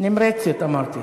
נמרצת אמרתי.